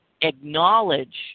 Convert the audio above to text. acknowledge